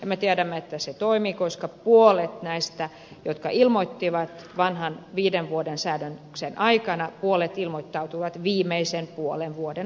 me tiedämme että se toimii koska puolet näistä jotka ilmoittivat tästä vanhan viiden vuoden säädöksen aikana ilmoittautui viimeisen puolen vuoden aikana